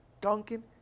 Duncan